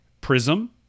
prism